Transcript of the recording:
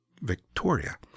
Victoria